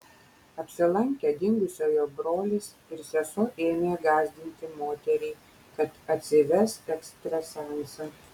apsilankę dingusiojo brolis ir sesuo ėmė gąsdinti moterį kad atsives ekstrasensą